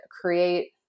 create